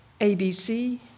ABC